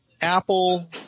Apple